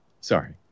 sorry